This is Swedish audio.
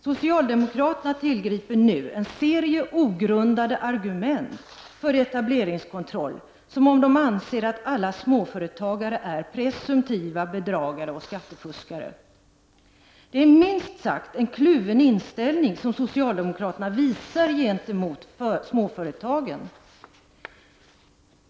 Socialdemokraterna tillgriper nu en serie dåliga argument för etableringskontroll som tycks bottna i att de anser att alla småföretagare är presumtiva bedragare och skattefuskare. Det är minst sagt en kluven inställning som socialdemokraterna visar gentemot småföretagen.